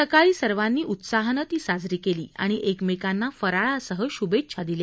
सकाळी सर्वांनी उत्साहानं ती साजरी केली आणि एकमेकांना फराळासह शभेच्छा दिल्या